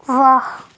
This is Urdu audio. واہ